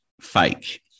fake